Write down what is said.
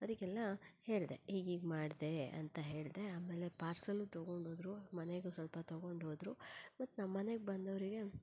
ಅದಕ್ಕೆಲ್ಲ ಹೇಳಿದೆ ಹೀಗೆ ಹೀಗೆ ಮಾಡಿದೆ ಅಂತ ಹೇಳಿದೆ ಆಮೇಲೆ ಪಾರ್ಸೆಲ್ ತೊಗೊಂಡು ಹೋದರು ಮನೆಗೆ ಸ್ವಲ್ಪ ತೊಗೊಂಡು ಹೋದರು ಮತ್ತು ನಮ್ಮನೆಗೆ ಬಂದವರಿಗೆ